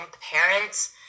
parents